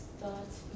thoughts